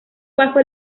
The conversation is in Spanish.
bajo